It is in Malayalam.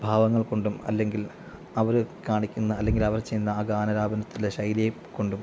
ഭാവങ്ങൾ കൊണ്ടും അല്ലെങ്കിൽ അവര് കാണിക്കുന്ന അല്ലെങ്കിൽ അവർ ചെയ്യുന്ന ആ ഗാനലാപനത്തിലെ ശൈലിയെ കൊണ്ടും